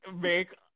make